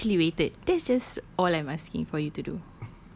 there you actually waited that's just all I'm asking for you to do